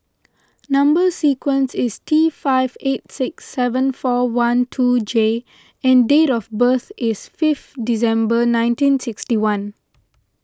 Number Sequence is T five eight six seven four one two J and date of birth is fifth December nineteen sixty one